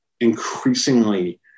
increasingly